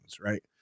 right